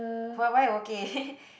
why why okay